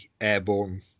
airborne